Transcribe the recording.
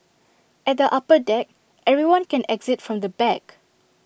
at the upper deck everyone can exit from the back